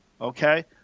okay